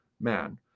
man